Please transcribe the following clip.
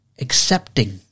accepting